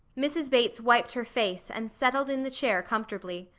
mrs. bates wiped her face and settled in the chair comfortably.